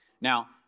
Now